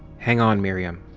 hang on, miriam.